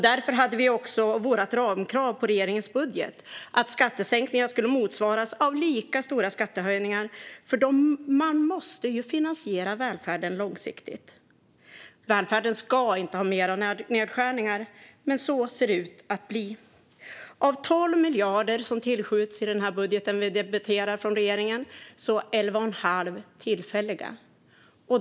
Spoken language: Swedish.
Därför hade vi också vårt ramkrav på regeringens budget, att skattesänkningarna skulle motsvaras av lika stora skattehöjningar eftersom välfärden måste finansieras långsiktigt. Välfärden ska inte ha fler nedskärningar, men så ser det ut att bli. Av 12 miljarder kronor som tillskjuts i denna budget från regeringen är 11 1⁄2 miljard kronor tillfälliga.